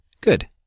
good